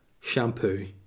shampoo